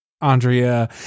Andrea